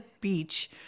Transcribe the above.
beach